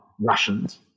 Russians